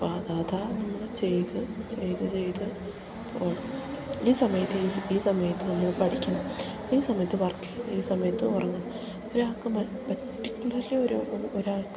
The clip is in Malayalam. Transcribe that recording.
അപ്പം അതാതാണ് ചെയ്തു ചെയ്തു ചെയ്തു പോകണം ഈ സമയത്ത് ഈ ഈ സമയത്ത് നമ്മൾ പഠിക്കണം ഈ സമയത്ത് വർക്ക് ഈ സമയത്ത് ഉറങ്ങും ഒരാൾക്ക് പർട്ടിക്കുലർലി ഒ ഒരാൾക്ക്